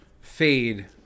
fade